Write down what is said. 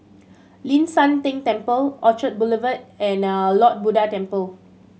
Ling San Teng Temple Orchard Boulevard and Lord Buddha Temple